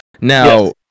Now